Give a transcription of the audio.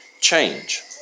change